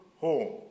home